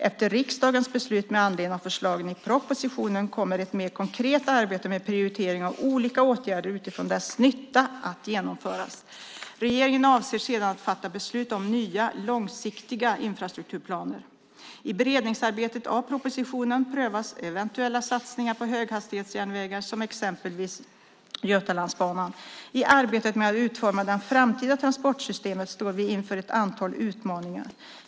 Efter riksdagens beslut med anledning av förslagen i propositionen kommer ett mer konkret arbete med prioritering av olika åtgärder utifrån dess nytta att genomföras. Regeringen avser sedan att fatta beslut om nya långsiktiga infrastrukturplaner. I beredningsarbetet av propositionen prövas eventuella satsningar på höghastighetsjärnvägar, exempelvis Götalandsbanan. I arbetet med att utforma det framtida transportsystemet står vi inför ett antal utmaningar.